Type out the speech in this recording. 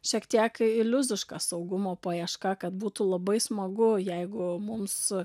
šiek tiek iliuziška saugumo paieška kad būtų labai smagu jeigu mums